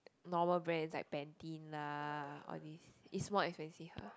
normal brands like Pantene lah all these it's more expensive